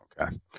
Okay